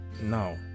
Now